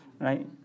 right